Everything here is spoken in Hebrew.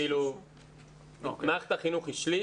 כאילו מערכת החינוך היא שליש.